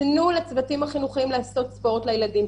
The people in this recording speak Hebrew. תנו לצוותים החינוכיים לעשות ספורט לילדים,